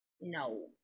No